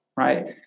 Right